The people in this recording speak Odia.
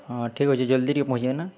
ହଁ ଠିକ୍ ଅଛେ ଜଲ୍ଦି ଟିକେ ପହଞ୍ଚେ ନା